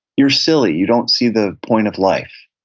you're silly. you don't see the point of life.